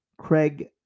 Craig